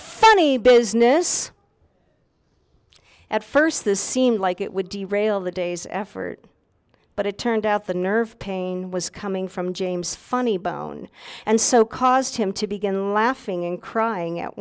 funny business at first this seemed like it would derail the day's effort but it turned out the nerve pain was coming from james funny bone and so caused him to begin laughing and crying at